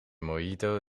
mojito